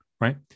right